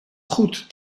goed